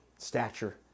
Stature